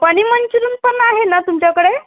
paneer Manchurian पण आहे ना तुमच्याकडे